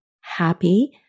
happy